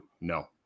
No